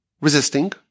resisting